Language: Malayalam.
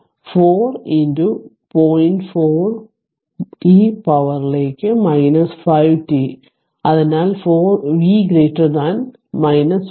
4 e പവറിലേക്ക് 5 t അതിനാൽ V 1